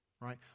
right